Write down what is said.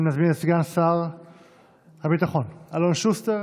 אני מזמין את סגן שר הביטחון אלון שוסטר